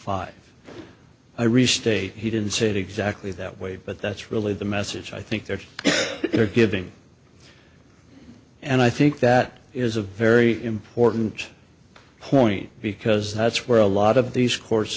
five i restate he didn't say it exactly that way but that's really the message i think there are giving and i think that is a very important point because that's where a lot of these